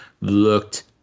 looked